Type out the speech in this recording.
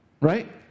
Right